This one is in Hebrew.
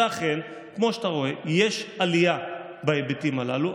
ואכן, כמו שאתה רואה, יש עלייה בהיבטים הללו.